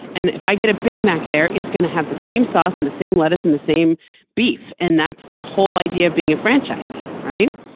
and if i get a big mac there it's going to have the same sauce in the same let us in the same beef. and that's the whole idea of being a franchisee right.